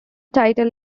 title